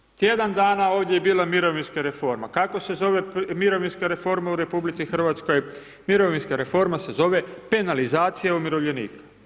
Prije tjedan dana ovdje je bila mirovinska reforma, kako se zove mirovinska reforma u RH, mirovinska reforma se zove penalizacija umirovljenika.